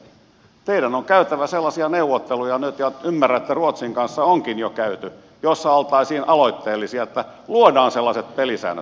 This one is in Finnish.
teidän on käytävä nyt sellaisia neuvotteluja ja ymmärrän että ruotsin kanssa onkin jo käyty joissa oltaisiin aloitteellisia että luodaan sellaiset pelisäännöt